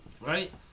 right